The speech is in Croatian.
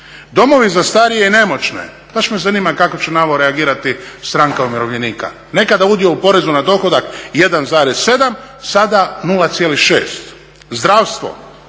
Domovi za starije i nemoćne, baš me zanima kako će na ovo reagirati Stranka umirovljenika. Nekada udio u porezu na dohodak 1,7, sada 0,6. Zdravstvo,